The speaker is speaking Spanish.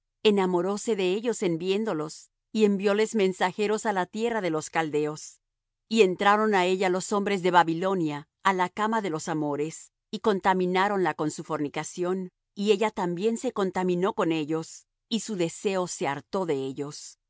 caldeos enamoróse de ellos en viéndolos y envióles mensajeros á la tierra de los caldeos y entraron á ella los hombres de babilonia á la cama de los amores y contamináronla con su fornicación y ella también se contaminó con ellos y su deseo se hartó de ellos